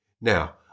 Now